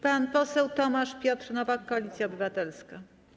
Pan poseł Tomasz Piotr Nowak, Koalicja Obywatelska.